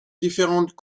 différentes